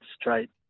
straight